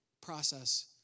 process